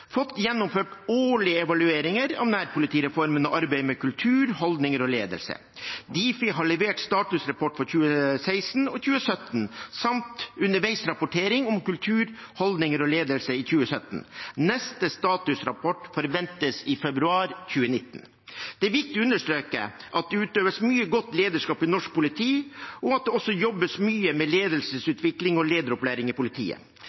fått gjennomført årlige evalueringer av nærpolitireformen og arbeidet med kultur, holdninger og ledelse. Difi har levert statusrapport for 2016 og 2017 samt underveisrapportering om kultur, holdninger og ledelse i 2017. Neste statusrapport forventes i februar 2019. Det er viktig å understreke at det utøves mye godt lederskap i norsk politi, og at det også jobbes mye med ledelsesutvikling og lederopplæring i politiet.